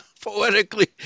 poetically